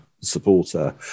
supporter